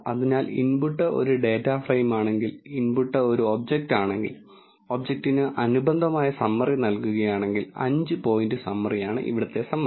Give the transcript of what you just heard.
അതിനാൽ ഇൻപുട്ട് ഒരു ഡാറ്റ ഫ്രെയിമാണെങ്കിൽ ഇൻപുട്ട് ഒരു ഒബ്ജക്റ്റ് ആണെങ്കിൽ ഒബ്ജക്റ്റിന് അനുബന്ധമായ സമ്മറി നൽകുകയാണെങ്കിൽ അഞ്ച് പോയിന്റ് സമ്മറിയാണ് ഇവിടുത്തെ സമ്മറി